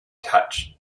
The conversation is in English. touch